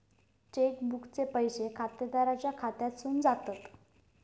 check बुकचे पैशे खातेदाराच्या खात्यासून जातत